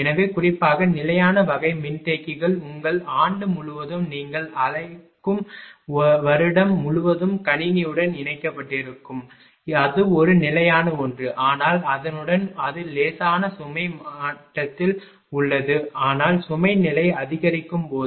எனவே குறிப்பாக நிலையான வகை மின்தேக்கிகள் உங்கள் ஆண்டு முழுவதும் நீங்கள் அழைக்கும் வருடம் முழுவதும் கணினியுடன் இணைக்கப்பட்டிருக்கும் அது ஒரு நிலையான ஒன்று ஆனால் அதனுடன் அது லேசான சுமை மட்டத்தில் உள்ளது ஆனால் சுமை நிலை அதிகரிக்கும் போது